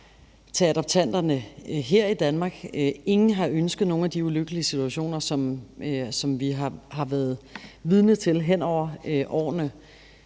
til adoptanterne her i Danmark. Ingen har ønsket nogen af de ulykkelige situationer, som vi har været vidne til hen over årene,